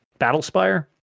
Battlespire